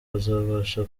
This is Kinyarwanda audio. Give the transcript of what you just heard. bazabasha